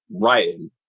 writing